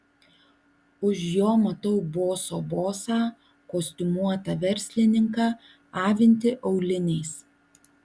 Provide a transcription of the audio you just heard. už jo matau boso bosą kostiumuotą verslininką avintį auliniais